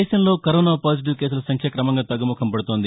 దేశంలో corona positive కేసుల సంఖ్య క్రమంగా తగ్గుముఖం పడుతోంది